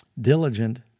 diligent